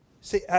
see